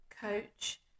coach